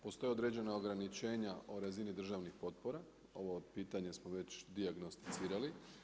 Postoje određena ograničenja o razini državnih potpora, ovo pitanje smo već dijagnosticirali.